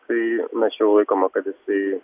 tai na čia jau laikoma kad jisai